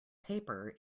paper